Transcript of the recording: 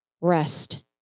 Rest